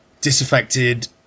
disaffected